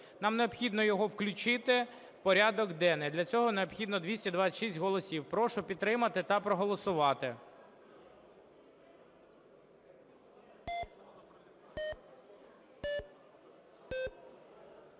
Нам необхідно його включити в порядок денний, а для цього необхідно 226 голосів. Прошу підтримати та проголосувати.